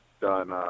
done